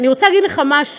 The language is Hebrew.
אני רוצה להגיד לך משהו,